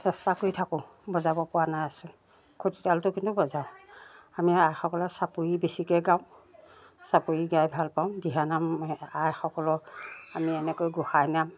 চেষ্টা কৰি থাকোঁ বজাবপৰা নাই আছো খুঁটিতালযোৰ কিন্তু বজাওঁ আমি আইসকলৰ চাপৰি বেছিকৈ গাওঁ চাপৰি গাই ভাল পাওঁ দিহানাম আইসকলক আমি এনেকৈ গোঁসাই নাম